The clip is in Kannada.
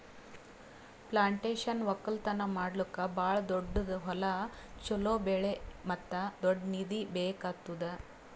ಪ್ಲಾಂಟೇಶನ್ ಒಕ್ಕಲ್ತನ ಮಾಡ್ಲುಕ್ ಭಾಳ ದೊಡ್ಡುದ್ ಹೊಲ, ಚೋಲೋ ಬೆಳೆ ಮತ್ತ ದೊಡ್ಡ ನಿಧಿ ಬೇಕ್ ಆತ್ತುದ್